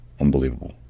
Unbelievable